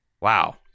Wow